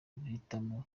guhitamo